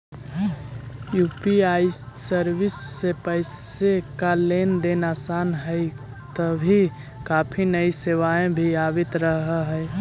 UPI service से पैसे का लेन देन आसान हई तभी काफी नई सेवाएं भी आवित रहा हई